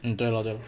对 lor 对 lor